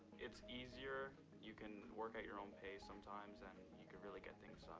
it's easier, you can work at your own pace sometimes, and you could really get things so